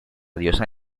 diosa